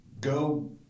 go